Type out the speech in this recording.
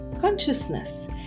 consciousness